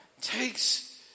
takes